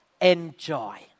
enjoy